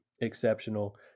exceptional